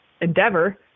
endeavor